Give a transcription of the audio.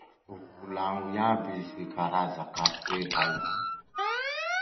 Volagno iaby ze karaza kafe hainao.